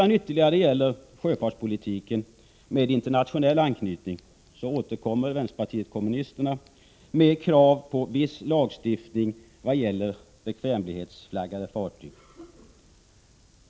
När det gäller sjöfartspolitiken med internationell anknytning återkommer vänsterpartiet kommunisterna med krav på viss lagstiftning vad gäller bekvämlighetsflaggade fartyg.